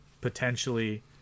potentially